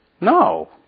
No